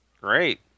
Great